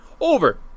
Over